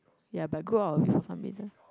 ya but good out of for some reason